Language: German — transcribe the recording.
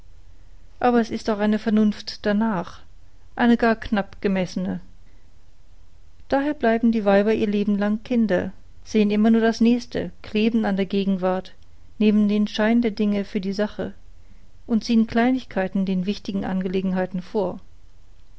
aber es ist auch eine vernunft danach eine gar knapp gemessene daher bleiben die weiber ihr leben lang kinder sehn immer nur das nächste kleben an der gegenwart nehmen den schein der dinge für die sache und ziehn kleinigkeiten den wichtigen angelegenheiten vor